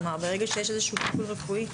ברגע שיש איזשהו טיפול רפואי,